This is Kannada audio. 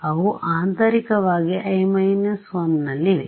ಅವು ಆಂತರಿಕ ವಾಗಿ i 1 ನಲ್ಲಿವೆ